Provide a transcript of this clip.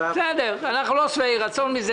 אנחנו לא שבעי רצון מזה.